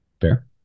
Fair